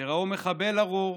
שראו מחבל ארור,